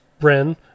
Bren